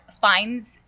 finds